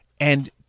And-